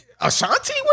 Ashanti